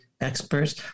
experts